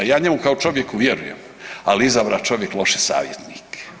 Ja njemu kao čovjeku vjerujem, ali izabra čovjek loše savjetnike.